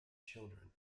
children